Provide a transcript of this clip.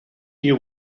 you